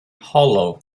hollow